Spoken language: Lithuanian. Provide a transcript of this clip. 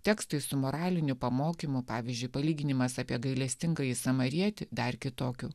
tekstai su moraliniu pamokymu pavyzdžiui palyginimas apie gailestingąjį samarietį dar kitokių